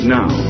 now